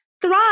thrive